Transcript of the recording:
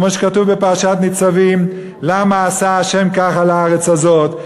כמו שכתוב בפרשת ניצבים: "למה עשה ה' ככה לארץ הזאת".